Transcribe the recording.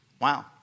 Wow